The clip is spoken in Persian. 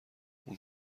اون